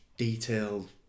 Detailed